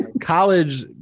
college